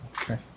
Okay